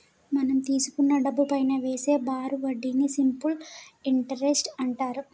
మనం తీసుకున్న డబ్బుపైనా వేసే బారు వడ్డీని సింపుల్ ఇంటరెస్ట్ అంటారు